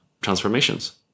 transformations